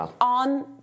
on